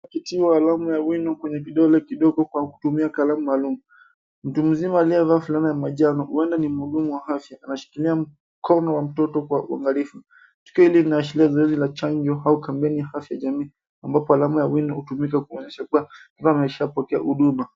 ...akitiwa alama ya wino kwenye kidole kidogo kwa kutumia kalamu maalum. Mtu mzima aliyevaa fulana ya manjano huenda ni mhudumu wa afya anashikilia mkono wa mtoto kwa uangalifu. Tukio hili linaashiria zoezi la chanjo au kampeni ya afya ya jamii. ambapo alama ya wino hutumika kuonyesha kuwa ambao wameshapokea huduma.